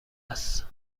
است